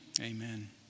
Amen